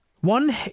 One